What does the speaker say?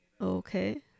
Okay